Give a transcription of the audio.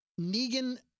Negan